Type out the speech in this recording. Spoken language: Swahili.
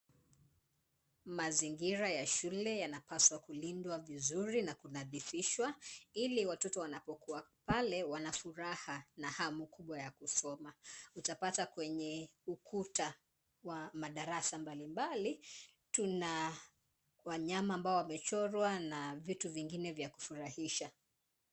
Mazingira ya shule yanapaswa kulindwa vizuri na kunadhifishwa, ili watoto wanapokuwa pale wana furaha na hamu kubwa ya kusoma. Utapata kwenye ukuta wa madarasa mbalimbali tuna wanyama ambao wamechorwa na vitu vingine vya kufurahisha.